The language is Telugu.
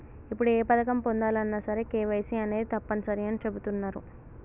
ఇప్పుడు ఏ పథకం పొందాలన్నా సరే కేవైసీ అనేది తప్పనిసరి అని చెబుతున్నరు